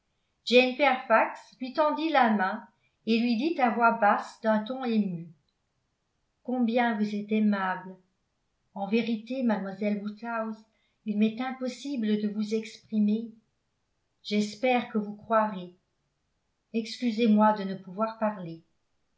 lui tendit la main et lui dit à voix basse d'un ton ému combien vous êtes aimable en vérité mademoiselle woodhouse il m'est impossible de vous exprimer j'espère que vous croirez excusez-moi de ne pouvoir parler